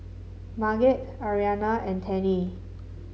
Marget Arianna and Tennie